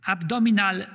Abdominal